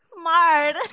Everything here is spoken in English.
smart